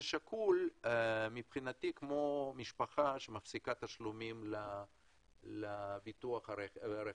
זה שקול כמו משפחה שמפסיקה תשלומים לביטוח הרכב.